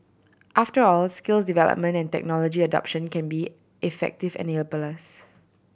after all skills development and technology adoption can be effective enablers